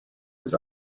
was